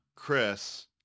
Chris